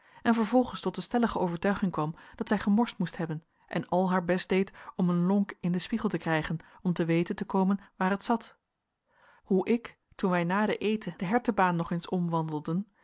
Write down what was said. en vervolgens tot de stellige overtuiging kwam dat zij gemorst moest hebben en al haar best deed om een lonk in den spiegel te krijgen om te weten te komen waar t zat hoe ik toen wij na den eten de hertebaan nog eens omwandelden